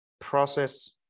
process